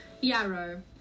Yarrow